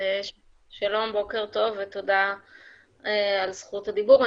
שלום ותודה על זכות הדיבור.